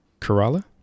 Kerala